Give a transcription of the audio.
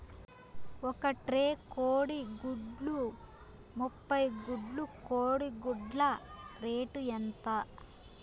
ఒక ట్రే కోడిగుడ్లు ముప్పై గుడ్లు కోడి గుడ్ల రేటు ఎంత?